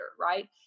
right